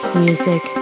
music